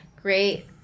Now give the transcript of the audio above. great